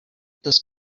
this